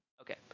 okay